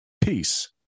Peace